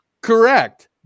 Correct